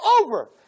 over